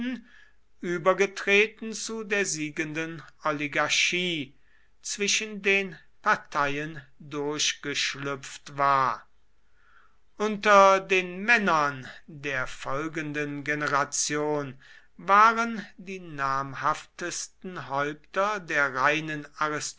übergetreten zu der siegenden oligarchie zwischen den parteien durchgeschlüpft war unter den männern der folgenden generation waren die namhaftesten häupter der reinen